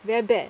very bad